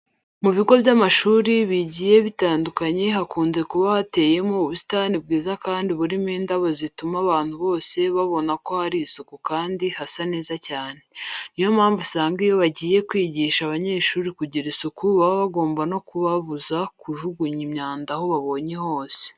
Mu bigo by'amashuri bigiye bitandukanye hakunze kuba hateyemo ubusitani bwiza kandi burimo n'indabo zituma abantu bose babona ko hari isuku kandi hasa neza cyane. Niyo mpamvu usanga iyo bagiye kwigisha abanyeshuri kugira isuku baba bagomba no kubabuza kujugunya imyanda aho babonye hose.